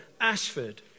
Ashford